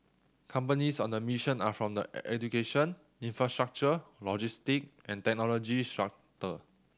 companies on the mission are from the education infrastructure logistic and technology